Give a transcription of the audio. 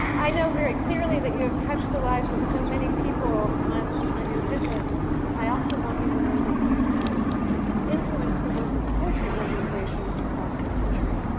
i know very clearly that you have touched the lives of so many people on on your visits. i also want you to know that you have influenced the work of poetry organizations across the country.